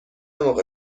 موقع